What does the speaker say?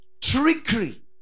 trickery